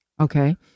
Okay